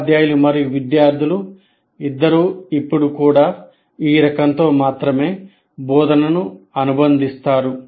ఉపాధ్యాయులు మరియు విద్యార్థులు ఇద్దరూ ఇప్పుడు కూడా ఈ రకంతో మాత్రమే బోధనను అనుబంధిస్తారు